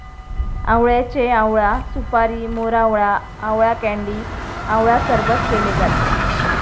आवळ्याचे आवळा सुपारी, मोरावळा, आवळा कँडी आवळा सरबत केले जाते